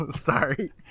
Sorry